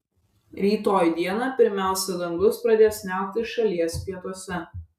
rytoj dieną pirmiausia dangus pradės niauktis šalies pietuose